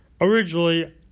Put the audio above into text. originally